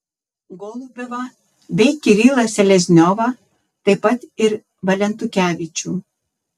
golubevą bei kirilą selezniovą taip pat ir valentukevičių